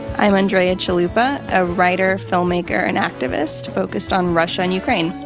i'm andrea chalupa, a writer, filmmaker and activist focused on russia and ukraine.